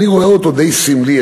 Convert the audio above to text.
אני רואה אותו די סמלי,